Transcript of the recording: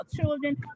children